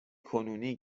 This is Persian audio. کنونی